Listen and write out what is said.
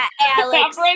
Alex